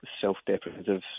self-deprecative